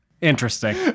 interesting